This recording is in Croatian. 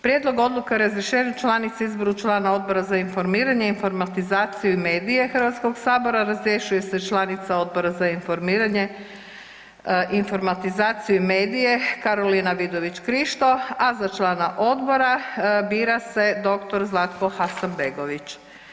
Prijedlog odluke o razrješenju članice i izboru člana Odbora za informiranje, informatizaciju i medije Hrvatskog sabora, razrješuje se članica Odbora za informiranje, informatizaciju i medije Karolina Vidović Krišto a za člana odbora bira se dr. Zlatko Hasanbegović.